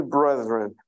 brethren